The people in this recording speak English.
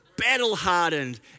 battle-hardened